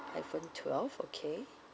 iphone twelve okay